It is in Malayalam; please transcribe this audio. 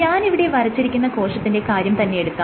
ഞാനിവിടെ വരച്ചിരിക്കുന്ന കോശത്തിന്റെ കാര്യം തന്നെയെടുക്കാം